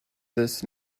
this